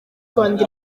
rwanda